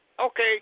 Okay